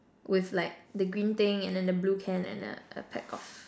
with like the green thing and then the blue can and a a pack of